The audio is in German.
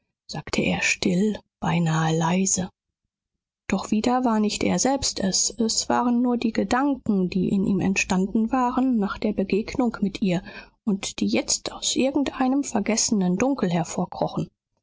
sagte er still beinahe leise doch wieder war nicht er selbst es es waren nur die gedanken die in ihm entstanden waren nach der begegnung mit ihr und die jetzt aus irgendeinem vergessenen dunkel hervorkrochen